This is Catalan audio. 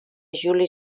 juli